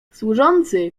służący